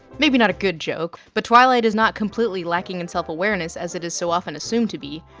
maybe not a good joke but twilight is not completely lacking in self-awareness as it is so often assumed to be.